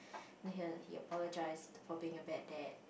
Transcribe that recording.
then he he apologies for being a bad dad